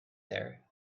there